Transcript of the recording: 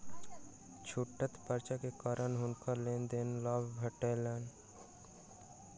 छूटक पर्चा के कारण हुनका लेन देन में लाभ भेटलैन